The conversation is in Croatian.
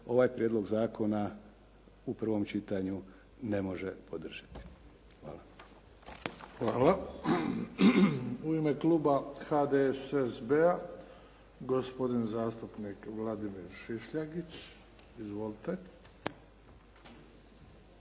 ovaj prijedlog zakona u prvom čitanju ne može podržati. Hvala. **Bebić, Luka (HDZ)** Hvala. U ime kluba HDSSB-a, gospodin zastupnik Vladimir Šišljagić. Izvolite.